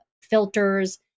filters